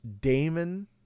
Damon